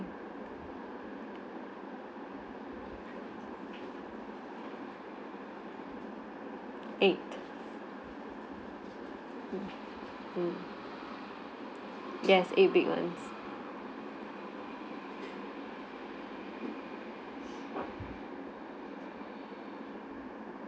eight mm ya eight big one